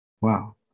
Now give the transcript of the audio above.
Wow